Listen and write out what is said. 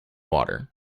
water